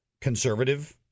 conservative